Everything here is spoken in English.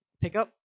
pickup